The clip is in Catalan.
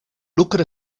lucre